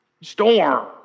Storm